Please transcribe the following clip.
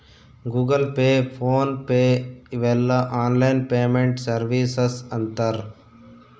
Google Pay PhonePe ಇವೆಲ್ಲ online payment services ಅಂತರ್